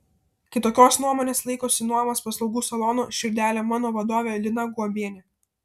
kitokios nuomonės laikosi nuomos paslaugų salono širdele mano vadovė lina guobienė